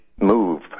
move